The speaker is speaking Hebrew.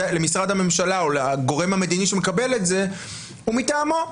הממשלה או לגורם המדיני שמקבל את זה הוא מטעמו.